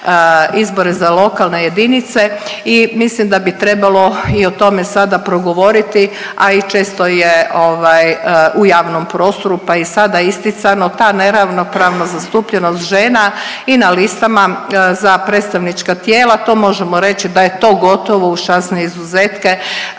izbore za lokalne jedinice i mislim da bi trebalo i o tome sada progovoriti, a i često je ovaj u javnom prostoru pa i sada isticano ta neravnopravnost zastupljenost žena i na listama za predstavnička tijela. To možemo reći da je to gotovo uz časne izuzetke